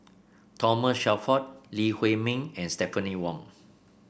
Thomas Shelford Lee Huei Min and Stephanie Wong